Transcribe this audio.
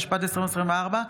התשפ"ד 2024,